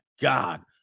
god